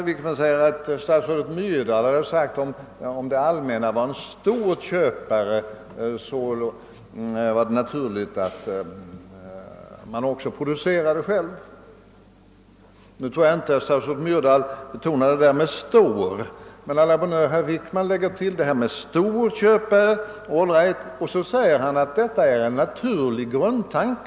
Herr Wickman säger att statsrådet Myrdal uttalade att om det allmänna var en stor köpare, så var det naturligt att man också producerade själv. Nu tror jag inte att statsrådet Myrdal betonade »stor». Men å la bonne heure — herr Wickman lägger till detta med »stor köpare» och säger att det är en naturlig grundtanke.